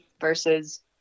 versus